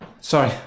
Sorry